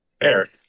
eric